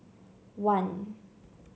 one